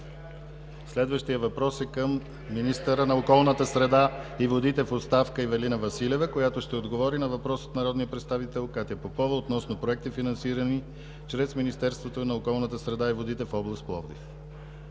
Следващият въпрос е към министъра на околната среда и водите в оставка Ивелина Василева, която ще отговори на въпрос от народния представител Катя Попова относно проекти, финансирани чрез Министерството на околната среда и водите в област Пловдив.